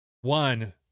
one